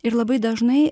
ir labai dažnai